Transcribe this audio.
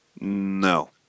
No